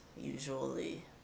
usually